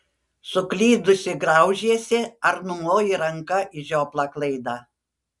suklydusi graužiesi ar numoji ranka į žioplą klaidą